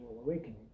Awakening